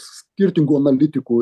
skirtingų analitikų ir